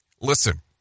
Listen